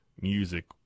music